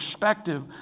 perspective